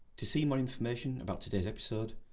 to see more information about today's episode,